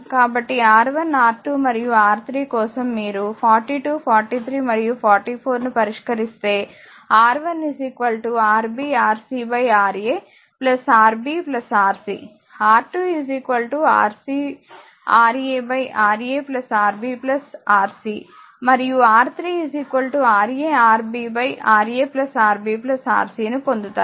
కాబట్టిR1R2 మరియు R3 కోసం మీరు 4243 మరియు 44 ను పరిష్కరిస్తే R1 Rb Rc Ra Rb Rc R2 Rc Ra Ra Rb Rc మరియు R3 Ra Rb Ra Rb Rc ను పొందుతారు